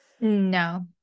No